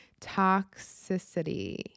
Toxicity